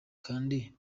kandi